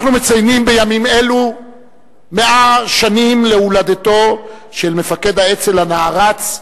אנחנו מציינים בימים אלו 100 שנים להולדתו של מפקד האצ"ל הנערץ,